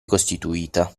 costituita